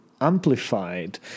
amplified